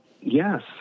Yes